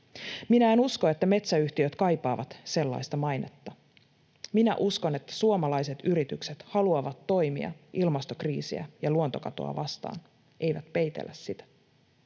Minä en usko, että metsäyhtiöt kaipaavat sellaista mainetta. Minä uskon, että suomalaiset yritykset haluavat toimia ilmastokriisiä ja luontokatoa vastaan, eivät peitellä sitä.